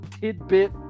tidbit